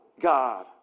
God